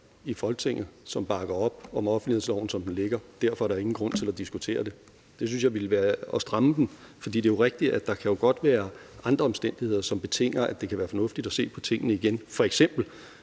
i Folketinget, som bakker op om offentlighedsloven, som den ligger, og derfor er der ingen grund til at diskutere det. Det synes jeg ville være at stramme den. For det er jo rigtigt, at der godt kan være andre omstændigheder, som betinger, at det kan være fornuftigt at se på tingene igen – f.eks.